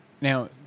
Now